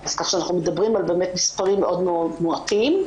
אנחנו מדברים על מספרים מועטים.